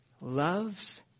loves